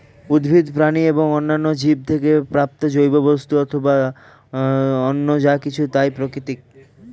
উদ্ভিদ, প্রাণী ও অন্যান্য জীব থেকে প্রাপ্ত জৈব বস্তু অথবা অন্য যা কিছু তাই প্রাকৃতিক